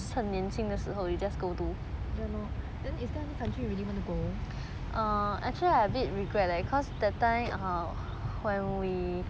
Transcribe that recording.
ya lor then is there any country you really want to go